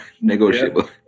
negotiable